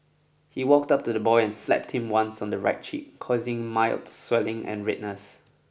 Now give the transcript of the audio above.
he walked up to the boy and slapped him once on the right cheek causing mild swelling and redness